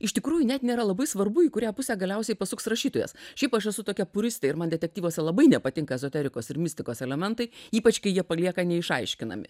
iš tikrųjų net nėra labai svarbu į kurią pusę galiausiai pasuks rašytojas šiaip aš esu tokia puristė ir man detektyvuose labai nepatinka ezoterikos ir mistikos elementai ypač kai jie palieka neišaiškinami